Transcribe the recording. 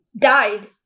Died